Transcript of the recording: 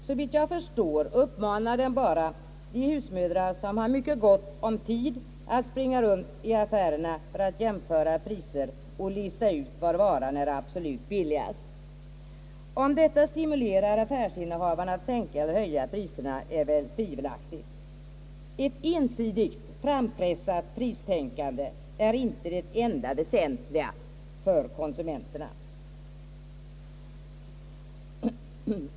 Såvitt jag förstår uppmanar den bara de husmödrar som har mycket gott om tid att springa runt i affärerna för att jämföra priser och lista ut var varan är absolut billigast. Om detta stimulerar affärsinnehavarna att sänka eller höja priserna är tvivelaktigt. Ett ensidigt, frampressat pristänkande är inte det enda väsentliga för konsumenterna.